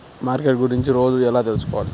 Market గురించి రోజు ఎలా తెలుసుకోవాలి?